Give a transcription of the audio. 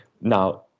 Now